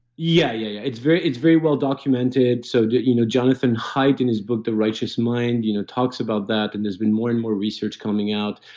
yeah, yeah. it's very it's very well documented. so you know jonathan haidt in his book the righteous mind you know talks about that, and there's been more and more research coming out,